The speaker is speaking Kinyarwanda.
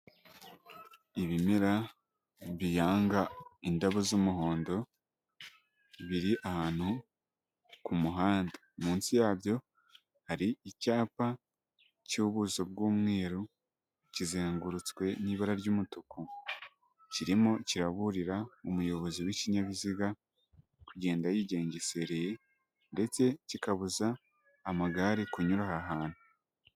Ibimera biyanga indabo z'umuhondo biri ahantu ku muhanda, munsi yabyo hari icyapa cy'ubuso bw'umweru kizengurutswe n'ibara ry'umutuku, kirimo kiraburira umuyobozi w'ikinyabiziga kugenda yigengesereye ndetse kikabuza amagare kunyura aha hantu.